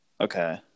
Okay